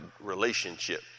relationship